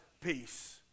peace